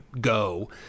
go